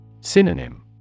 Synonym